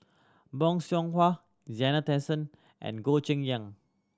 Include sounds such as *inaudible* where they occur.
Bong *unintelligible* Hwa Zena Tessensohn and Goh Cheng Liang